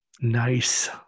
Nice